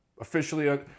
Officially